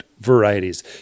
varieties